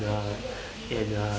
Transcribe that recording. uh and uh